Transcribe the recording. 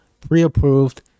pre-approved